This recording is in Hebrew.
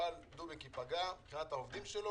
מפעל "דובק" במידה והעובדים שלו